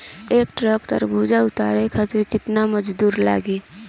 एक ट्रक तरबूजा उतारे खातीर कितना मजदुर लागी?